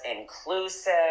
inclusive